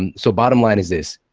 and so bottom line is this.